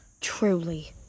Truly